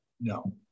No